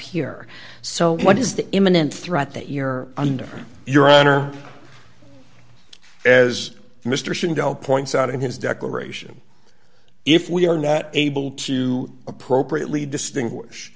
here so what is the imminent threat that you're under your honor as mr shinde points out in his declaration if we are not able to appropriately distinguish